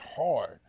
hard